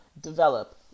develop